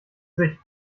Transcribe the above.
sich